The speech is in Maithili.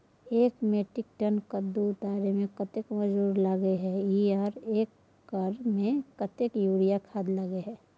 एक मेट्रिक टन कद्दू उतारे में कतेक मजदूरी लागे इ आर एक एकर में कतेक यूरिया खाद लागे छै?